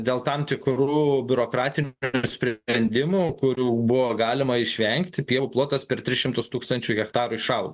dėl tam tikrų biurokratinių sprendimų kurių buvo galima išvengti pievų plotas per tris šimtus tūkstančių hektarų išaugo